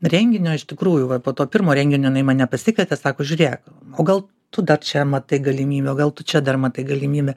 renginio iš tikrųjų va po to pirmo renginio jinai mane pasikvietė sako žiūrėk o gal tu dar čia matai galimybę o gal tu čia dar matai galimybę